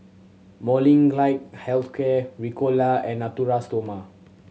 Molnylcke Health Care Ricola and Natura Stoma